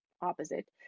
opposite